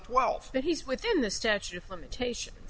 twelve that he's within the statute of limitations